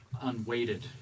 unweighted